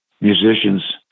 musicians